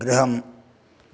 गृहम्